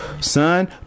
son